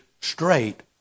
straight